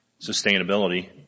sustainability